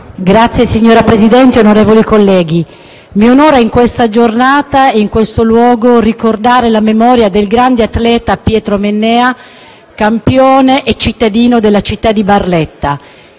*(PD)*. Signor Presidente, onorevoli colleghi, mi onora in questa giornata e in questo luogo ricordare la memoria del grande atleta Pietro Mennea, campione e cittadino della città di Barletta.